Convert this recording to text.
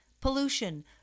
pollution